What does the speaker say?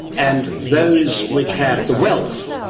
and those which have the wealth,